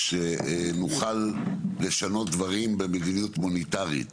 שנוכל לשנות דברים במדיניות מוניטרית.